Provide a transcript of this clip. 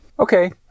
Okay